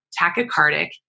tachycardic